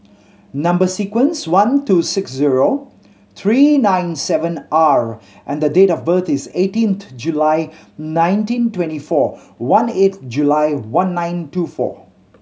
number sequence one two six zero three nine seven R and the date of birth is eighteenth July nineteen twenty four one eight July one nine two four